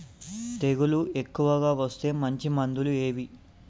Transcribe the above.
తెగులు ఎక్కువగా వస్తే మంచి మందులు ఏవి?